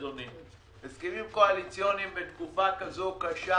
אדוני הסכמים קואליציוניים בתקופה כזאת קשה